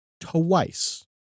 Twice